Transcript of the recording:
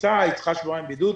הכניסה מצריכה שבועיים בידוד,